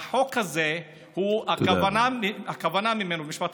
החוק הזה, הכוונה שלו, תודה